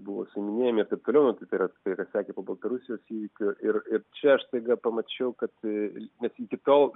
buvo suiminėjami ir taip toliau nu tai yra tai yra sekė po baltarusijos įvykių ir ir čia aš staiga pamačiau kad nes iki tol